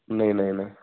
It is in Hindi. नहीं नहीं ना